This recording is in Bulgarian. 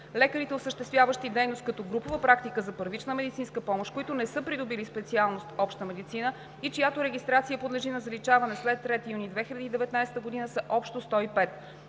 Лекарите, осъществяващи дейност като групова практика за първична медицинска помощ, които не са придобили специалност „Обща медицина“ и чиято регистрация подлежи на заличаване след 3 юни 2019 г., са общо 105.